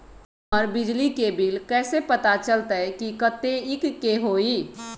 हमर बिजली के बिल कैसे पता चलतै की कतेइक के होई?